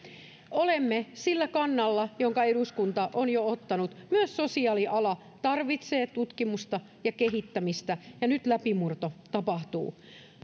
olemme sillä kannalla jonka eduskunta on jo ottanut myös sosiaaliala tarvitsee tutkimusta ja kehittämistä ja nyt läpimurto tapahtuu